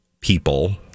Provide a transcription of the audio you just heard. people